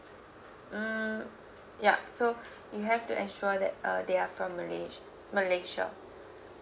mm ya so you have to ensure that uh they are from malay malaysia